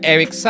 Eric